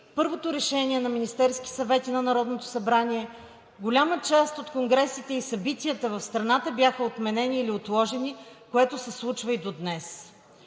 първото решение на Министерския съвет и на Народното събрание голяма част от конгресите и събитията в страната бяха отменени или отложени, което се случва и до днес.